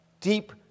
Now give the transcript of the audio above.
deep